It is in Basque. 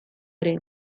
ere